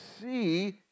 see